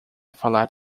falar